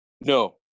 No